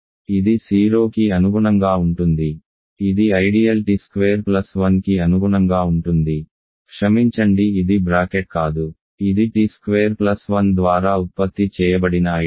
ఇది 0కి అనుగుణంగా ఉంటుంది ఇది ఐడియల్ t స్క్వేర్ ప్లస్ 1కి అనుగుణంగా ఉంటుంది క్షమించండి ఇది బ్రాకెట్ కాదు ఇది t స్క్వేర్ ప్లస్ 1 ద్వారా ఉత్పత్తి చేయబడిన ఐడియల్